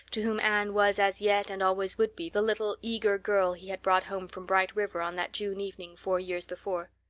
to whom anne was as yet and always would be the little, eager girl he had brought home from bright river on that june evening four years before.